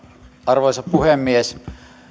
arvoisa puhemies